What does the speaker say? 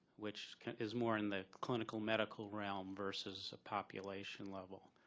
which is more in the clinical medical realm versus a population level.